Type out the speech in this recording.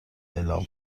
اعلام